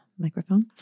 microphone